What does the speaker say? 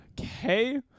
Okay